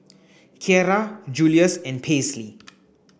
Kierra Julius and Paisley